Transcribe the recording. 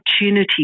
opportunity